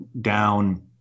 down